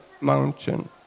mountain